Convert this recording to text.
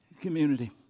community